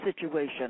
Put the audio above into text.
situation